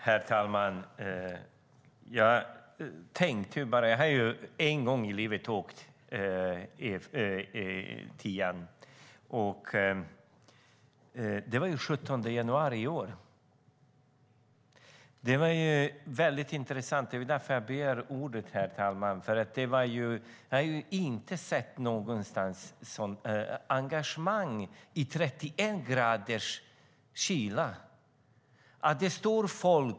Herr talman! Jag har bara åkt på E10:an en gång i livet, och det var den 17 januari i år. Det var väldigt intressant - och det var därför som jag begärde ordet, herr talman - för jag har inte någonstans sett ett sådant engagemang som jag gjorde då, i 31 graders kyla.